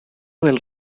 del